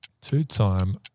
Two-time